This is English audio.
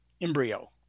embryo